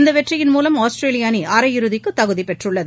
இந்த வெற்றியின் மூலம் ஆஸ்திரேலிய அணி அரையிறுதிக்கு தகுதி பெற்றுள்ளது